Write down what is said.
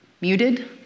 muted